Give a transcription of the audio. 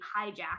hijacked